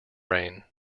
rain